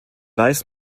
weiß